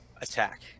attack